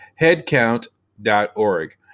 headcount.org